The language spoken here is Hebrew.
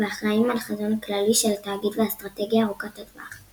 ואחראים על החזון הכללי של התאגיד והאסטרטגיה ארוכת הטווח.